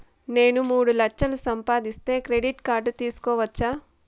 నేను మూడు లక్షలు సంపాదిస్తే క్రెడిట్ కార్డు తీసుకోవచ్చా?